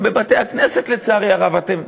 גם בבתי-הכנסת, לצערי הרב, אתם